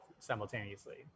Simultaneously